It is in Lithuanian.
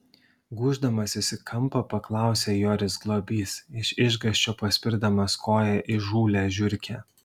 gūždamasis į kampą paklausė joris globys iš išgąsčio paspirdamas koja įžūlią žiurkę